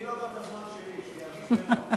תני לו גם את הזמן שלי, שירגיש נוח.